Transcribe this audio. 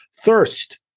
thirst